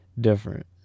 different